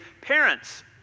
parents